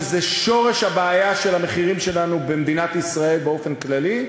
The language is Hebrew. שזה שורש הבעיה של המחירים שלנו במדינת ישראל באופן כללי,